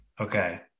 Okay